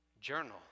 Journal